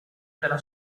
dalla